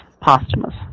posthumous